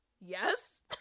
yes